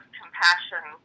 compassion